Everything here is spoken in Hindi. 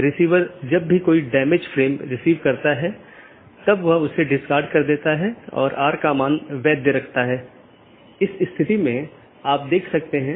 इसका मतलब है कि BGP का एक लक्ष्य पारगमन ट्रैफिक की मात्रा को कम करना है जिसका अर्थ है कि यह न तो AS उत्पन्न कर रहा है और न ही AS में समाप्त हो रहा है लेकिन यह इस AS के क्षेत्र से गुजर रहा है